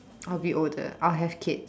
I will be older I will have kids